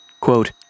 quote